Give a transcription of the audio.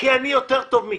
"אני יותר טוב מכם",